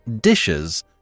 dishes